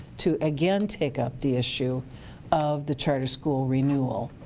to again take up the issue of the charter school renewal.